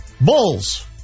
Bulls